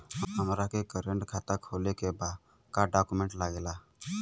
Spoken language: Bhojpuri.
हमारा के करेंट खाता खोले के बा का डॉक्यूमेंट लागेला?